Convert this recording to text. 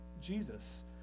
jesus